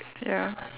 ya